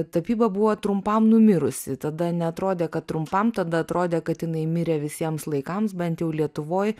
tapyba buvo trumpam numirusi tada neatrodė kad trumpam tada atrodė kad jinai mirė visiems laikams bent jau lietuvoj